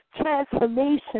transformation